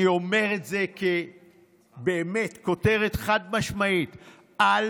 אני אומר את זה באמת ככותרת חד-משמעית: אל